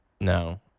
No